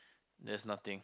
there's nothing